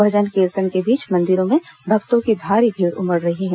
भजन कीर्तन के बीच मंदिरों में भक्तों की भारी भीड़ उमड़ रही है